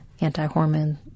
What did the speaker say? anti-hormone